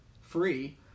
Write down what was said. free